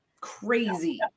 crazy